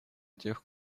тех